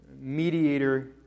mediator